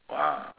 !wah!